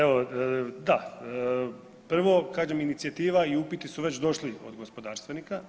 Evo, da, prvo kažem inicijativa i upiti su već došli od gospodarstvenika.